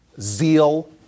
zeal